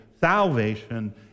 salvation